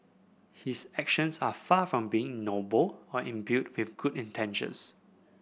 his actions are far from being noble or imbued with good intentions